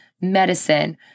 medicine